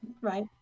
Right